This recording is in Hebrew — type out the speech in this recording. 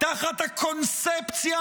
תחת הקונספציה,